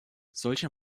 solche